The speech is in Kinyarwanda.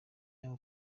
y’aho